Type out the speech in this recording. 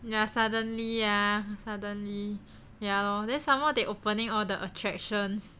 ya suddenly ya suddenly ya lor then some more they opening all the attractions